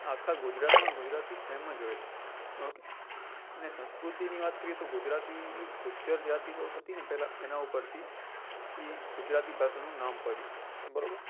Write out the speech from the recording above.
આખા ગુજરાતમાં ગુજરાતી સેમ જ હોય છે ઓકે અને સંસ્કૃતિની વાત કરીયે તો ગુજરાતી એ ગુજ્જર જાતિ હતી ને પહેલાં એનાં ઉપરથી એ ગુજરાતી ભાષાનું નામ પડ્યું બરાબર